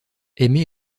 aimer